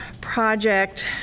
project